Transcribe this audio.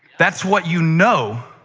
that's what you know,